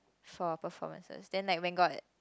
for performances then like when got